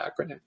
acronym